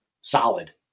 solid